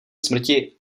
smrti